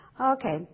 Okay